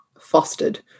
fostered